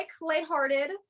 lighthearted